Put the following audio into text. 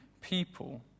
people